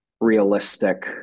realistic